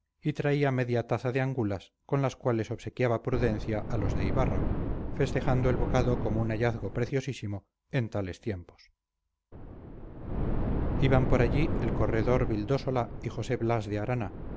y traía media taza de angulas con las cuales obsequiaba prudencia a los de ibarra festejando el bocado como un hallazgo preciosísimo en tales tiempos iban por allí el corredor vildósola y josé blas de arana